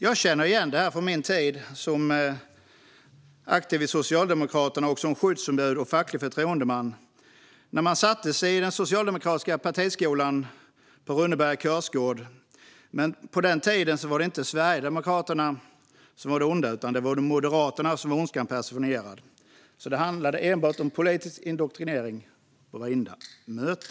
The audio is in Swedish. Jag känner igen det från min tid som aktiv i Socialdemokraterna och som skyddsombud och facklig förtroendeman, när man sattes i socialdemokratisk partiskola på Rönneberga kursgård. Men på den tiden var det inte Sverigedemokraterna utan Moderaterna som var ondskan personifierad. Det handlade enbart om politisk indoktrinering på vartenda möte.